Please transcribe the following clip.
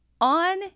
on